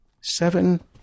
Seven